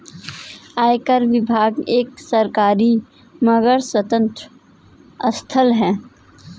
आयकर विभाग एक सरकारी मगर स्वतंत्र संस्था है